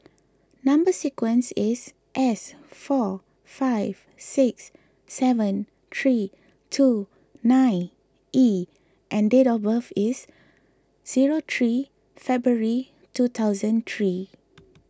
Number Sequence is S four five six seven three two nine E and date of birth is zero three February two thousand three